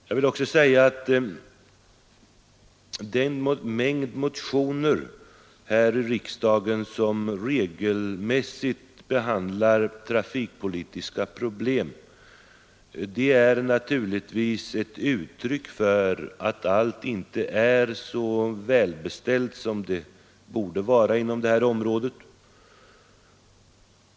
Jag vill också säga att den mängd motioner här i riksdagen som regelmässigt behandlar trafikpolitiska problem naturligtvis är ett uttryck för att inte allt är så välbeställt som det borde vara inom detta område.